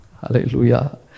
Hallelujah